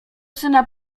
syna